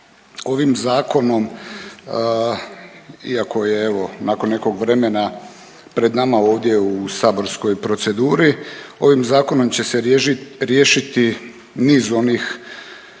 Ovim zakonom iako je evo nakon nekog vremena pred nama ovdje u saborskoj proceduri ovim zakonom će se riješiti niz onih